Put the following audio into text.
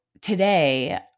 today